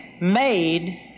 made